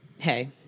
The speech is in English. Hey